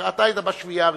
אתה היית בשביעייה הראשונה.